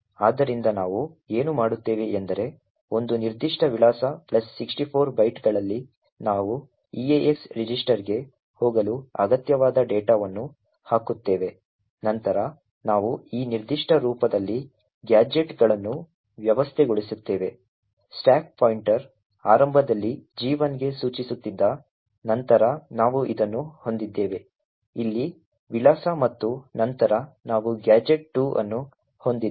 ಆದ್ದರಿಂದ ನಾವು ಏನು ಮಾಡುತ್ತೇವೆ ಎಂದರೆ ಒಂದು ನಿರ್ದಿಷ್ಟ ವಿಳಾಸ64 ಬೈಟ್ಗಳಲ್ಲಿ ನಾವು eax ರಿಜಿಸ್ಟರ್ಗೆ ಹೋಗಲು ಅಗತ್ಯವಾದ ಡೇಟಾವನ್ನು ಹಾಕುತ್ತೇವೆ ನಂತರ ನಾವು ಈ ನಿರ್ದಿಷ್ಟ ರೂಪದಲ್ಲಿ ಗ್ಯಾಜೆಟ್ಗಳನ್ನು ವ್ಯವಸ್ಥೆಗೊಳಿಸುತ್ತೇವೆ ಸ್ಟಾಕ್ ಪಾಯಿಂಟರ್ ಆರಂಭದಲ್ಲಿ G1 ಗೆ ಸೂಚಿಸುತ್ತಿದೆ ನಂತರ ನಾವು ಇದನ್ನು ಹೊಂದಿದ್ದೇವೆ ಇಲ್ಲಿ ವಿಳಾಸ ಮತ್ತು ನಂತರ ನಾವು ಗ್ಯಾಜೆಟ್ 2 ಅನ್ನು ಹೊಂದಿದ್ದೇವೆ